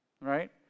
right